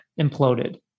imploded